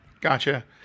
Gotcha